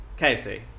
kfc